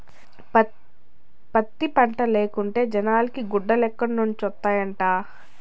పత్తి పంటే లేకుంటే జనాలకి గుడ్డలేడనొండత్తనాయిట